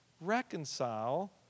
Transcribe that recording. reconcile